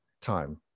time